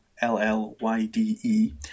L-L-Y-D-E